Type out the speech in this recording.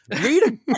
Read